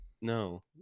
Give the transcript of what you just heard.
No